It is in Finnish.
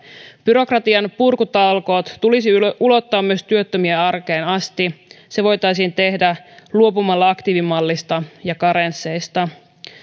byrokratian purkutalkoot tulisi ulottaa myös työttömien arkeen asti se voitaisiin tehdä luopumalla aktiivimallista ja karensseista